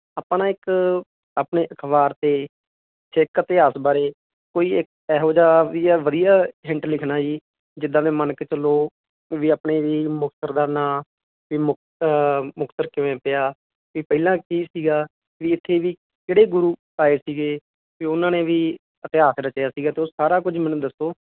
ਆਪਾਂ ਨਾ ਇੱਕ ਆਪਣੇ ਅਖ਼ਬਾਰ 'ਤੇ ਸਿੱਖ ਇਤਿਹਾਸ ਬਾਰੇ ਕੋਈ ਇੱਕ ਇਹੋ ਜਿਹਾ ਵੀ ਹੈ ਵਧੀਆ ਹਿੰਟ ਲਿਖਣਾ ਜੀ ਜਿੱਦਾਂ ਦੇ ਮੰਨ ਕੇ ਚੱਲੋ ਵੀ ਆਪਣੇ ਵੀ ਮੁਕਤਸਰ ਦਾ ਨਾਮ ਵੀ ਮੁਕਤ ਮੁਕਤਸਰ ਕਿਵੇਂ ਪਿਆ ਵੀ ਪਹਿਲਾਂ ਕੀ ਸੀਗਾ ਵੀ ਇੱਥੇ ਵੀ ਕਿਹੜੇ ਗੁਰੂ ਆਏ ਸੀਗੇ ਵੀ ਉਹਨਾਂ ਨੇ ਵੀ ਇਤਿਹਾਸ ਰਚਿਆ ਸੀਗਾ ਅਤੇ ਉਹ ਸਾਰਾ ਕੁਝ ਮੈਨੂੰ ਦੱਸੋ